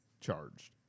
charged